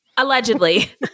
Allegedly